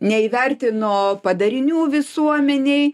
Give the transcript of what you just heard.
neįvertino padarinių visuomenei